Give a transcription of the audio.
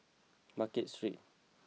Market Street